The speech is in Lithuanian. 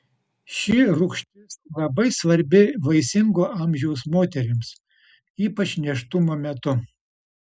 ši rūgštis labai svarbi vaisingo amžiaus moterims ypač nėštumo metu